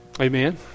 Amen